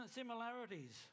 similarities